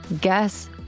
Guess